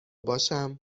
باشم